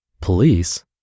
police